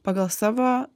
pagal savo